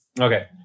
Okay